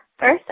First